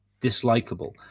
dislikable